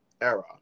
era